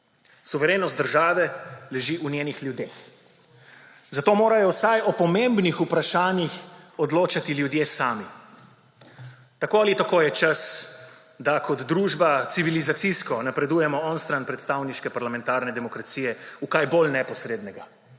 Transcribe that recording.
Suverenost države leži v njenih ljudeh. Zato morajo vsaj o pomembnih vprašanjih odločati ljudje sami. Tako ali tako je čas, da kot družba civilizacijsko napredujemo onstran predstavniške parlamentarne demokracije v kaj bolj neposrednega.